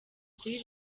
kuri